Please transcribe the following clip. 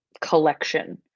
collection